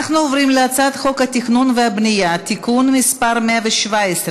אנחנו עוברים להצעת חוק התכנון והבנייה (תיקון מס' 117,